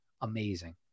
Amazing